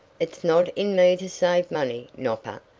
it's not in me to save money, nopper,